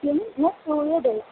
किं न श्रूयते